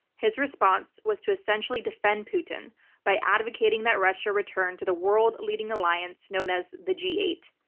his response was to essentially defend putin by advocating that russia return to the world leading alliance known as the g eight.